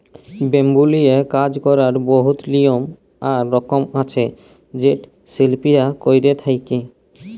bamboo লিয়ে কাজ ক্যরার বহুত লিয়ম আর রকম আছে যেট শিল্পীরা ক্যরে থ্যকে